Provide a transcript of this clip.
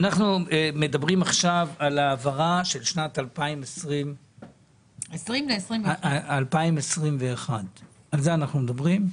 אנחנו מדברים עכשיו על העברה של שנת 2021. על זה אנחנו מדברים.